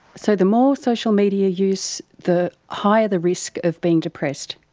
so the more social media use, the higher the risk of being depressed?